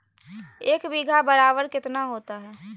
एक बीघा बराबर कितना होता है?